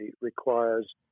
requires